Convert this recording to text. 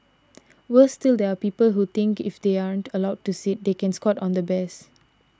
worse still there are people who think if they aren't allowed to sit they can squat on the bears